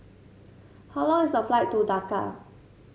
how long is the flight to Dhaka